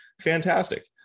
Fantastic